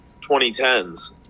2010s